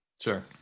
Sure